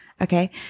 Okay